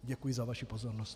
Děkuji za vaši pozornost.